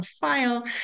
file